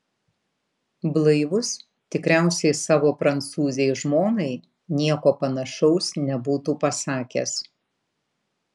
blaivus tikriausiai savo prancūzei žmonai nieko panašaus nebūtų pasakęs